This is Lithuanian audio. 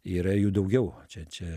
yra jų daugiau čia čia